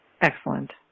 Excellent